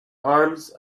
arms